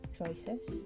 choices